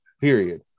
period